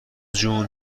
جون